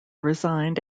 resigned